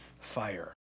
fire